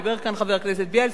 דיבר כאן חבר הכנסת בילסקי,